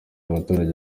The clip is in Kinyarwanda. abaturage